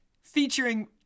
featuring